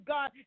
God